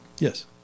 Yes